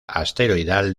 asteroidal